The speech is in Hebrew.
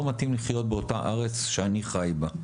מתאים לחיות באותה הארץ שאני חי בה.